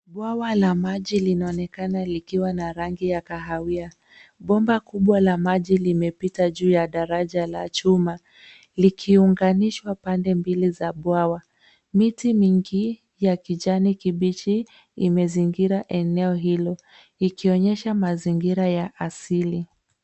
Bwawa la maji linaonekana likiwa na rangi ya kahawia. Bomba kubwa la maji limepita juu ya daraja la chuma likiunganishwa pande mbili za bwawa. Miti mingi ya kijani kibichi imezingira eneo hilo likionyesha mazingira ya asili.